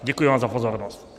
Děkuji vám za pozornost.